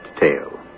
tale